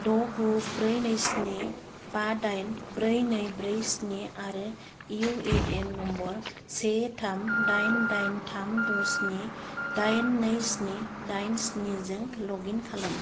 द' गु ब्रै नै स्नि बा दाइन ब्रै नै ब्रै स्नि आरो इउ ए एन नाम्बार से थाम दाइन दाइन थाम द' स्नि दाइन नै स्नि दाइन स्नि जों लग इन खालाम